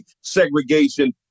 segregation